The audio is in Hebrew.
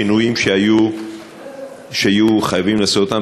שינויים שיהיו חייבים לעשות אותם,